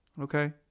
Okay